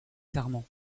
serment